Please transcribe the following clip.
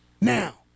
Now